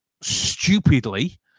stupidly